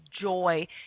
joy